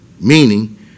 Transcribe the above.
meaning